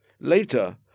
Later